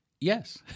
Yes